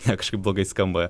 ne kažkaip blogai skamba